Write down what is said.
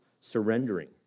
surrendering